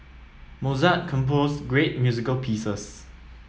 Mozart composed great music pieces